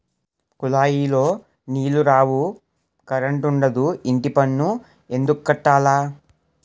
కులాయిలో నీలు రావు కరంటుండదు ఇంటిపన్ను ఎందుక్కట్టాల